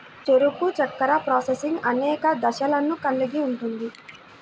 చెరకు చక్కెర ప్రాసెసింగ్ అనేక దశలను కలిగి ఉంటుంది